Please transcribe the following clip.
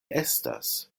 estas